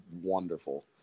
wonderful